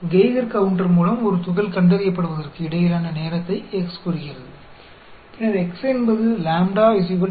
Geiger counter மூலம் ஒரு துகள் கண்டறியப்படுவதற்கு இடையிலான நேரத்தை X குறிக்கிறது பின்னர் X என்பது லாம்ப்டா 1